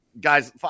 guys